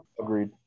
agreed